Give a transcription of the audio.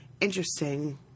interesting